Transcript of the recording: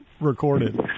recorded